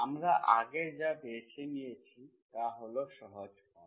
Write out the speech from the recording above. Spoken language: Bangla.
আমরা আগে যা বেছে নিয়েছি তা হল সহজ ফর্ম